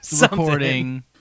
recording